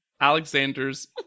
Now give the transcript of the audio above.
Alexander's